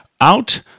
out